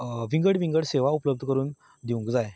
विंगड विंगड सेवा उपल्बध्द करून दिवंक जाय